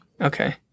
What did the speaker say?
Okay